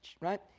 Right